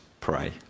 pray